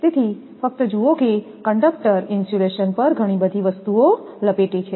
તેથી ફક્ત જુઓ કે કંડક્ટર ઇન્સ્યુલેશન પર ઘણી બધી વસ્તુઓ લપેટી છે